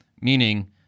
Meaning